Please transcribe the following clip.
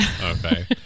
Okay